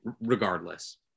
regardless